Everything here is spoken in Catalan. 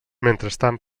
mentrestant